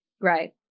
Right